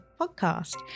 podcast